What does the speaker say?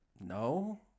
no